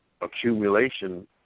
accumulation